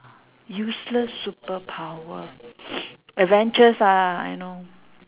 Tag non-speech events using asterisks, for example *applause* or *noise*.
useless superpower *noise* avengers ah I know